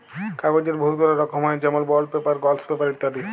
কাগ্যজের বহুতলা রকম হ্যয় যেমল বল্ড পেপার, গলস পেপার ইত্যাদি